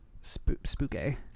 Spooky